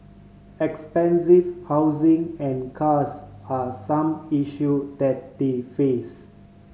expensive housing and cars are some issue that they face